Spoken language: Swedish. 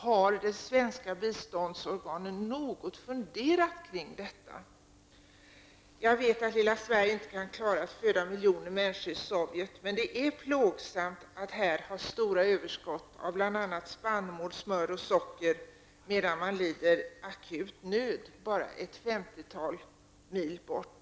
Har de svenska biståndsorganen funderat kring detta? Jag vet att lilla Sverige inte kan klara att föda miljoner människor i Sovjet, men det är plågsamt att här ha stora överskott av bl.a., spannmål, smör och socker medan folk lider akut nöd bara ett femtiotal mil bort.